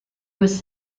was